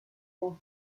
their